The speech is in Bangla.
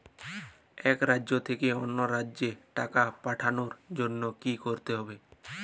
এক রাজ্য থেকে অন্য রাজ্যে টাকা পাঠানোর জন্য কী করতে হবে?